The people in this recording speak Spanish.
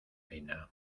pena